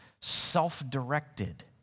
self-directed